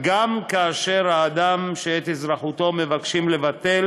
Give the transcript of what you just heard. גם כאשר האדם שאת אזרחותו מבקשים לבטל